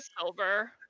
silver